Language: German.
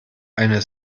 eine